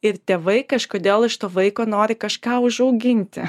ir tėvai kažkodėl iš to vaiko nori kažką užauginti